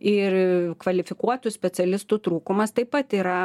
ir kvalifikuotų specialistų trūkumas taip pat yra